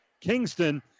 Kingston